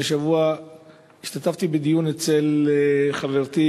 שלפני שבוע השתתפתי בדיון אצל חברתי